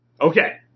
Okay